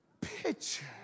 picture